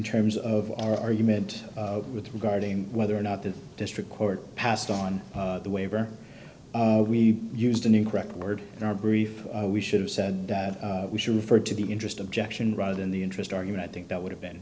terms of our argument with regarding whether or not the district court passed on the waiver we used an incorrect word in our brief we should have said that we should refer to the interest of jackson rather than the interest argument i think that would have been